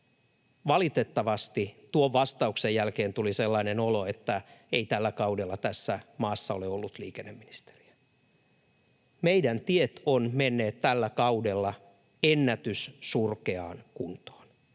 Valitettavasti tuon vastauksen jälkeen tuli sellainen olo, että ei tällä kaudella tässä maassa ole ollut liikenneministeriä. Meidän tiet ovat menneet tällä kaudella ennätyssurkeaan kuntoon,